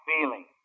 feeling